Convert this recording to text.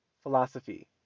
philosophy